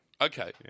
Okay